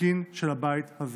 התקין של הבית הזה.